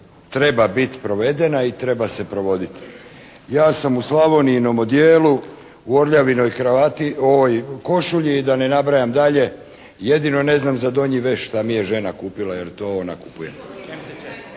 treba biti provedena i treba se provoditi. Ja sam u "Slavonijinom" odjelu, u "Orljavinoj" kravati, u košulji i da ne nabrajam dalje. Jedino ne znam za donji veš, taj mi je žena kupila jer to ona kupuje.